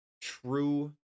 true